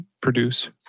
produce